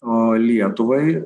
o lietuvai